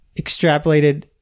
extrapolated